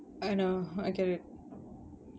I know accurate